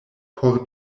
por